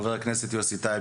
חבר הכנסת יוסי טייב,